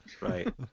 Right